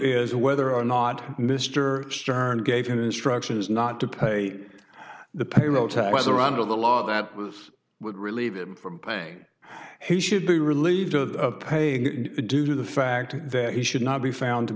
is whether or not mr stern gave him instructions not to pay the payroll taxes or under the law that was would relieve him from pain he should be relieved of paying due to the fact that he should not be found to